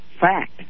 fact